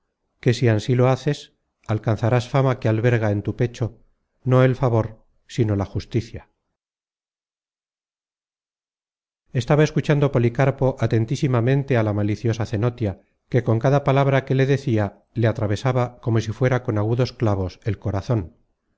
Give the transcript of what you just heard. que si ansí lo haces alcanzarás fama que alberga en tu pecho no el favor sino la justicia estaba escuchando policarpo atentísimamente á la maliciosa cenotia que con cada palabra que le decia le atravesaba como si fuera con agudos clavos el corazon